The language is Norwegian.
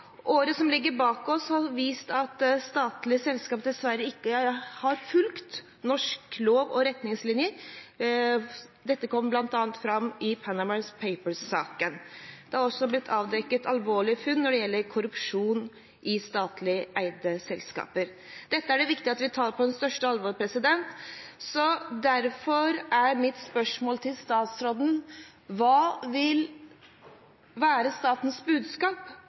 Året som ligger bak oss, har vist at statlige selskap dessverre ikke har fulgt norske lover og retningslinjer. Dette kom bl.a. fram i Panama Papers-saken. Det har også blitt avdekket alvorlige funn når det gjelder korrupsjon i statlig eide selskaper. Dette er det viktig at vi tar på det største alvor, så derfor er mitt spørsmål til statsråden: Hva vil være statens budskap